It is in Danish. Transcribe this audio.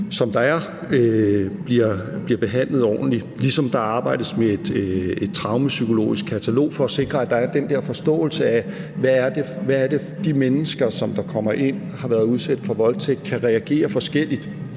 som der er, bliver behandlet ordentligt, ligesom der arbejdes med et traumepsykologisk katalog for at sikre, at der er den der forståelse af, at de mennesker, der kommer ind, og som har været udsat for voldtægt, kan reagere forskelligt.